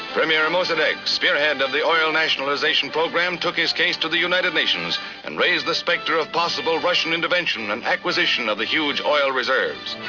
premier mossaddeq, spearhead of the oil nationalisation program, took his case to the united nations and raised the spectre of possible russian intervention and acquisition of the huge oil reserves.